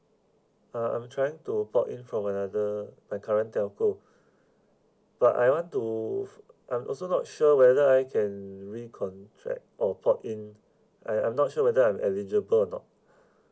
uh I'm trying to port in from another my current telco but I want to f~ I'm also not sure whether I can recontract or port in I am not sure whether I'm eligible or not